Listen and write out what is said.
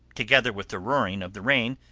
together with the roaring of the rain,